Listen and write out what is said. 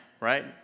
right